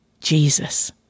Jesus